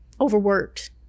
overworked